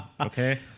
Okay